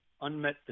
unmet